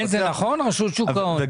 רשות שוק ההון, זה